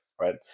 right